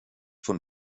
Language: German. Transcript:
von